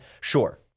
Sure